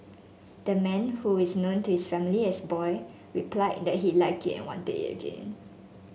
the man who is known to his family as boy replied that he liked it and wanted it again